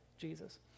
Jesus